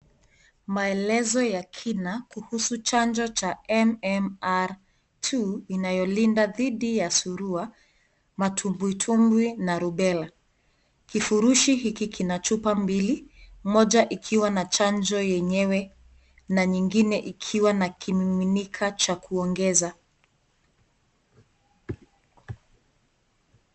Maelezo ya kina kuhusu Chanjo cha (cs)MMR2(cs) ,inayolinda dhidi ya surua, matumbwitumbwi na rubella . Kifurushi hiki kina chupa mbili moja ikiwa na chanjo yenyewe na nyingine ikiwa na kimiminika cha kuongeza .